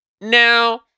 now